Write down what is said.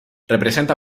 representa